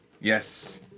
yes